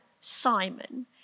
Simon